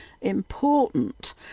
Important